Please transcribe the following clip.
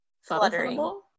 fluttering